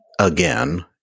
again